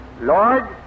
Lord